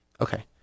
okay